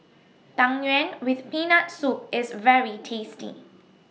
Tang Yuen with Peanut Soup IS very tasty